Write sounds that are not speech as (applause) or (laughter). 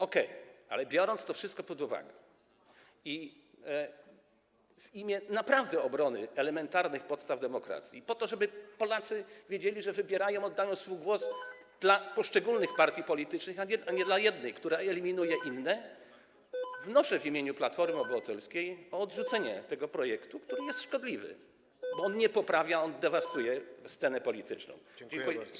Okej, ale biorąc to wszystko pod uwagę i w imię naprawdę obrony elementarnych podstaw demokracji, po to, żeby Polacy wiedzieli, że wybierają, oddają swój głos (noise) na rzecz poszczególnych partii politycznych, a nie jednej, która eliminuje inne, wnoszę w imieniu Platformy Obywatelskiej o odrzucenie tego projektu, który jest szkodliwy, bo nie poprawia sceny politycznej, ale ją dewastuje.